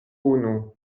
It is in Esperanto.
unu